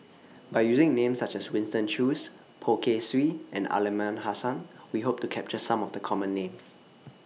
By using Names such as Winston Choos Poh Kay Swee and Aliman Hassan We Hope to capture Some of The Common Names